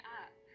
up